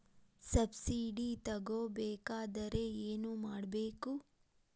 Subsidy ತಗೊಬೇಕಾದರೆ ಏನು ಮಾಡಬೇಕು?